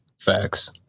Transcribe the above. Facts